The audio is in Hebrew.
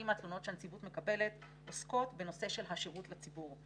מהתלונות שהנציבות מקבלת עוסקות בנושא של השירות לציבור.